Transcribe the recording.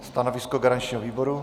Stanovisko garančního výboru?